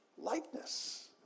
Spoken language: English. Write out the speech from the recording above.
Likeness